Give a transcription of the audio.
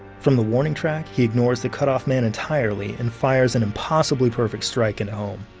from the warning track, he ignores the cutoff man entirely and fires an impossibly perfect strike into home.